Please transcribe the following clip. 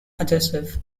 adhesive